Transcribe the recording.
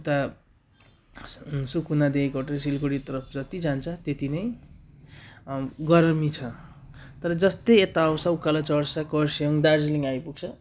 उता सुकुनादेखिको सिलगढीतर्फ जति जान्छ त्यति नै गर्मी छ तर जस्तै यता आउँछ उकालो चढ्छ खरसाङ दार्जिलिङ आइपुग्छ